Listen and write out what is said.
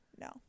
No